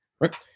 right